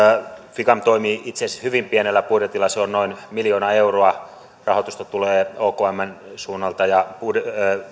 ficam toimii itse asiassa hyvin pienellä budjetilla se on noin miljoona euroa rahoitusta tulee okmn suunnalta ja on